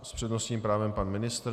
S přednostním právem pan ministr.